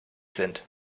sind